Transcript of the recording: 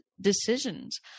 decisions